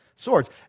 Swords